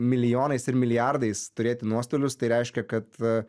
milijonais ir milijardais turėti nuostolius tai reiškia kad